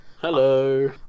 Hello